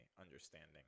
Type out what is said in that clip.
understanding